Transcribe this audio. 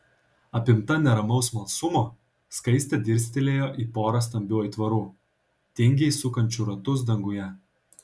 apimta neramaus smalsumo skaistė dirstelėjo į porą stambių aitvarų tingiai sukančių ratus danguje